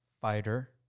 fighter